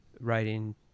writing